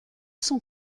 son